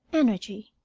energy.